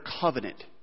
covenant